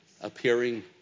appearing